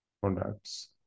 products